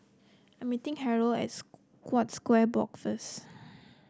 I'm meeting Harold at Scotts Square Block first